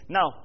Now